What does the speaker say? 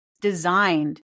designed